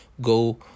go